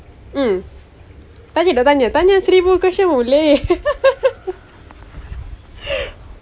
um tadi nak tanya tanya seribu question boleh